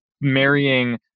marrying